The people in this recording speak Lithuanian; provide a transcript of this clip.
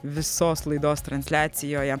visos laidos transliacijoje